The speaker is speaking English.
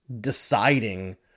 deciding